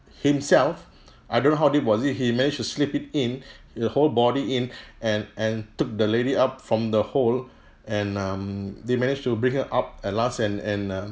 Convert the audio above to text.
himself I don't know how deep was it he managed to slip it in the whole body in and and took the lady up from the hole and um they managed to bring her up at last and and uh